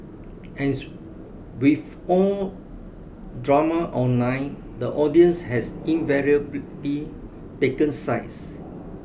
as with all drama online the audience has invariably taken sides